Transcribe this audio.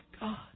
God